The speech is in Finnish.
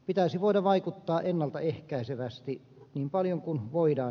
pitäisi voida vaikuttaa ennalta ehkäisevästi niin paljon kuin voidaan